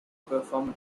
perform